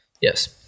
Yes